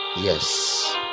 yes